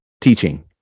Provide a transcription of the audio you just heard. teaching